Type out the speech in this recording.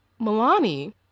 Milani